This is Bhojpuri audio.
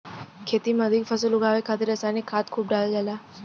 खेती में अधिक फसल उगावे खातिर रसायनिक खाद खूब डालल जाला